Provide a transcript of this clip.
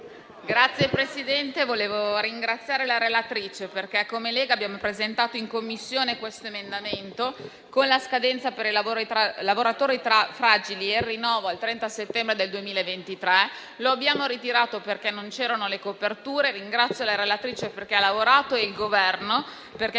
Signor Presidente, desidero ringraziare la relatrice perché come Lega abbiamo presentato in Commissione questo emendamento con la scadenza per i lavoratori fragili e il rinnovo al 30 settembre 2023. Lo abbiamo ritirato perché non c'erano le coperture. Ringrazio la relatrice perché ha lavorato e il Governo perché